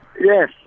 Yes